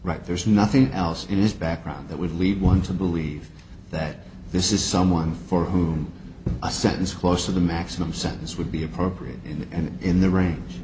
right there's nothing else in his background that would lead one to believe that this is someone for whom a sentence close to the maximum sentence would be appropriate in the and in the range